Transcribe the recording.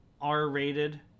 R-rated